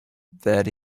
that